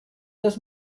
das